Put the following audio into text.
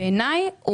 בעיניי,